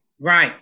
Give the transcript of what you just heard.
Right